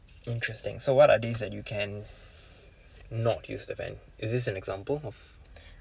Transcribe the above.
interesting so what are days that you can not use the fan is this an example of